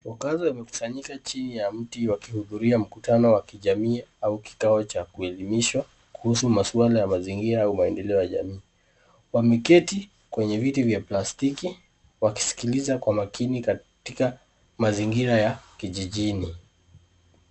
Wakazi wamekusanyika chini ya mti wakihudhuria mkutano wa kijamii au kikao cha kuelimisha, kuhusu maswala ya mazingira au maendeleo ya jamii. Wameketi kwenye viti vya plastiki, wakisikiliza kwa makini katika mazingira ya kijijini.